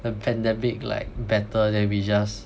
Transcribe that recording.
the pandemic like better then we just